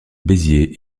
béziers